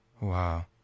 Wow